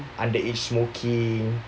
under age smoking